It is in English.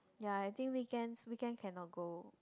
ya I think weekends weekend cannot go